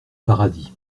paradis